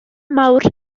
mawr